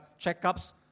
checkups